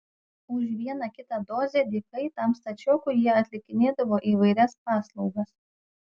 už vieną kitą dozę dykai tam stačiokui jie atlikinėdavo įvairias paslaugas